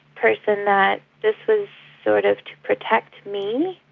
person that this was sort of to protect me.